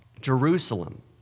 Jerusalem